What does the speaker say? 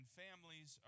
families